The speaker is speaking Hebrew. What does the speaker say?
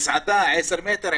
מסעדה 10 מטר,